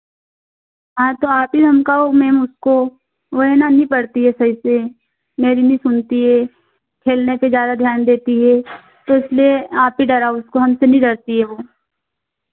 हाँ तो आप ही धमकाओ मैम उसको वह है ना नहीं पढ़ती है सही से मेरी नहीं सुनती है खेलने पर ज़्यादा ध्यान देती है तो उसने आप ही डराओ उसको हमसे नहीं डरती है वह